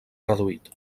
reduït